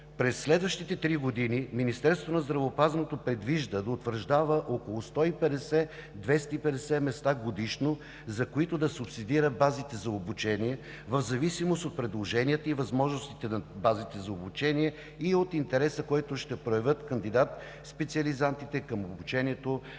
на здравеопазването предвижда да утвърждава около 150 – 250 места годишно, за които да субсидира базите за обучение, в зависимост от предложенията и възможностите на базите за обучение и от интереса, който ще проявят кандидат-специализантите към обучението